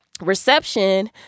reception